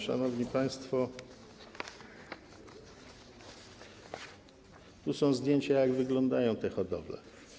Szanowni państwo, tu są zdjęcia, jak wyglądają te hodowle.